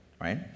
right